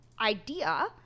idea